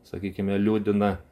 sakykime liūdina